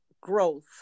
growth